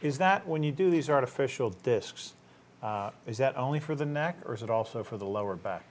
is that when you do these artificial discs is that only for the neck or is it also for the lower back